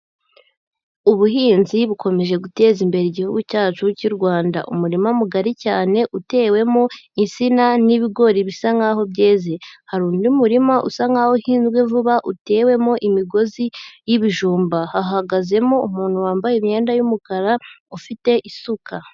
Ubuhinzi bukomeje guteza imbere Igihugu cyacu cy'u Rwanda. Umurima mugari cyane utewemo insina n'ibigori bisa nk'aho byeze; hari undi murima usa nk'aho uhinzwe vuba utewemo imigozi y'ibijumba, hahagazemo umuntu wambaye imyenda y'umukara ufite isuka.